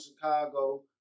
Chicago